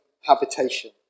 habitation